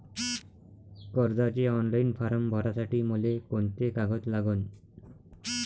कर्जाचे online form भरासाठी मले कोंते कागद लागन?